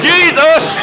Jesus